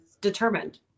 determined